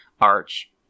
arch